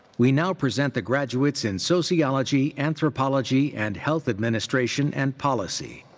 we now present the graduates in sociology, anthropology, and health administration and policy.